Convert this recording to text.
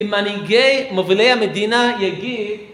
אם אני גיי, מובילי המדינה יגיד..